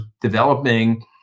developing